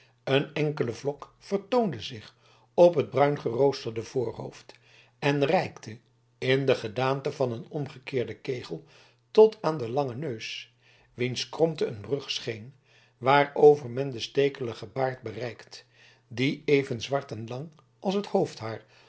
een enkele vlok vertoonde zich op het bruingerooste voorhoofd en reikte in de gedaante van een omgekeerden kegel tot aan den langen neus wiens kromte een brug scheen waarover men den stekeligen baard bereikte die even zwart en lang als het